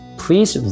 please